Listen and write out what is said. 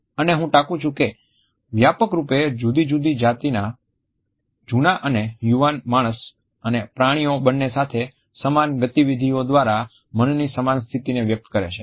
અને હું ટાંકું છું કે "વ્યાપક રૂપે જુદી જુદી જાતિના જુના અને યુવાન માણસ અને પ્રાણીઓ બંને સાથે સમાન ગતિવિધિઓ દ્વારા મનની સમાન સ્થિતિને વ્યક્ત કરે છે